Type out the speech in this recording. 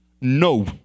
no